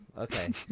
Okay